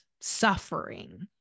suffering